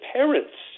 parents